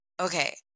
okay